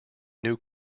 new